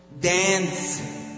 dance